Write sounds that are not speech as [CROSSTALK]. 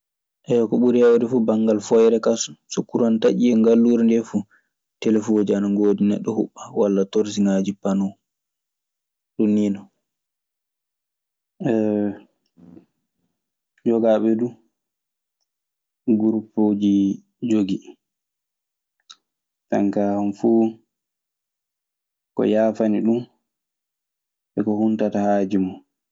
Ewa, ko ɓuri heewde fuu banngal fooyre kaa, so kuran taƴii e ngalluuri ndii fuu, telefooji ana ngoodi neɗɗo huɓɓa, walla torosiŋaaji panoo. Ɗun nii non. [HESITATION] Yogaaɓe du, gurupuuji jogii. Jonkaa homo fuu ko yaafani ɗun e ko huntata haaju mun.